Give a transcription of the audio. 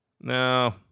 No